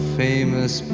famous